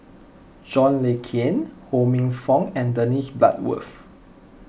John Le Cain Ho Minfong and Dennis Bloodworth